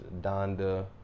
Donda